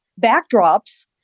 backdrops